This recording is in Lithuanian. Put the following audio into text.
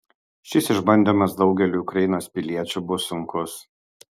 šis išbandymas daugeliui ukrainos piliečių bus sunkus